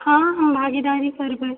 हँ हम भागीदारी करबै